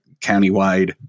countywide